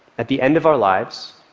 at the end of our lives,